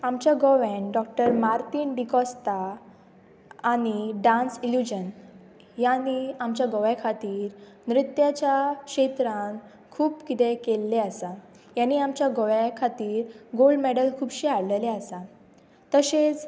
आमच्या गोव्यान doctor Martin D'Costa आनी डांस इल्युजन हाणी आमच्या गोव्या खातीर नृत्याच्या क्षेत्रान खूब किदेंय केल्लें आसा हाणी आमच्या गोव्या खातीर गोल्ड मॅडल खुबशीं हाडलेले आसा तशेंच